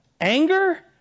Anger